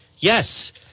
Yes